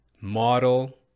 model